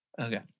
Okay